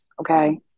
okay